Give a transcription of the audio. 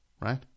right